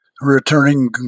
returning